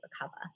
recover